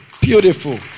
beautiful